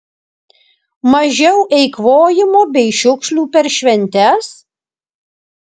mažiau eikvojimo bei šiukšlių per šventes